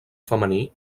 femení